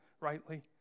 rightly